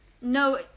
No